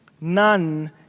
None